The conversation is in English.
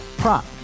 Prop